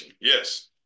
Yes